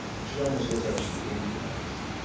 and she almost looks like she's winking at us.